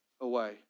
away